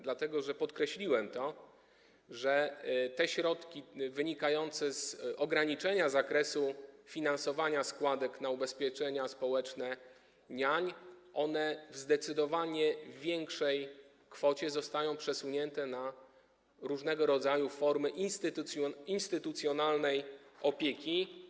Dlatego też podkreśliłem, że środki wynikające z ograniczenia zakresu finansowania składek na ubezpieczenia społeczne niań w zdecydowanie większej kwocie zostają przesunięte na różnego rodzaju formy instytucjonalnej opieki.